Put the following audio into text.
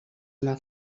una